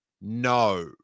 No